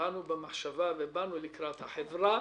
במחשבה לקראת החברה,